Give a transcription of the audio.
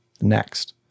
Next